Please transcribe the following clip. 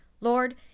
Lord